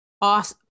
Awesome